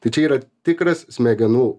tai čia yra tikras smegenų